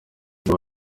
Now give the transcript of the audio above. iyo